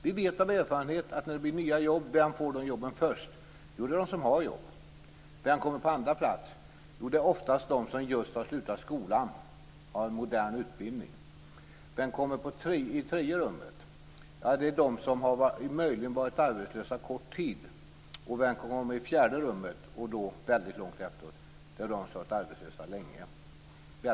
Vi vet av erfarenhet vilka som får de nya jobben först. Det är de som har jobb. Vem kommer på andra plats? Det är oftast de som just har slutat skolan och har en modern utbildning. Vem kommer i tredje rummet? Det är de som möjligen varit arbetslösa en kort tid. Vem kommer i fjärde rummet, långt efteråt? Jo, det är de som varit arbetslösa länge.